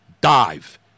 dive